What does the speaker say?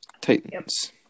Titans